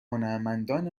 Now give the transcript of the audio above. هنرمندان